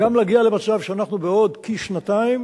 וגם להגיע למצב שבעוד כשנתיים